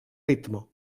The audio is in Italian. ritmo